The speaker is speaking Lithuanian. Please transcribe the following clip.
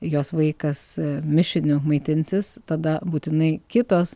jos vaikas mišiniu maitinsis tada būtinai kitos